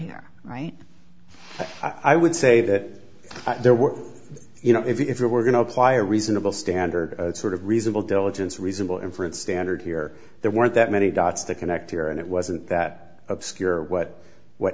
here right i would say that there were you know if you were going to apply reasonable standard sort of reasonable diligence reasonable inference standard here there weren't that many dots to connect here and it wasn't that obscure but what